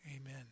Amen